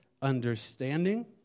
Understanding